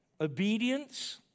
Obedience